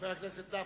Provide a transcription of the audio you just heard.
חבר הכנסת נפאע,